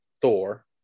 Thor